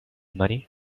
money